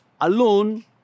alone